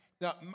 Now